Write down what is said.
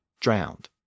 drowned